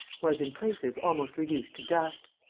was, in places, almost reduced to dust.